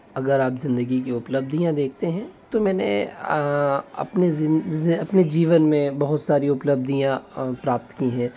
अगर आप ज़िंदगी की उपलब्धियां देखते हैं तो मैंने अपने जीवन में बहुत सारी उपलब्धियाँ प्राप्त की हैं